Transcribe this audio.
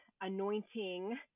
anointing